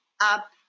up